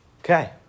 Okay